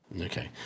Okay